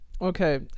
Okay